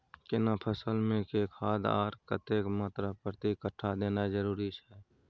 केना फसल मे के खाद आर कतेक मात्रा प्रति कट्ठा देनाय जरूरी छै?